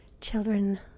children